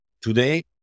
Today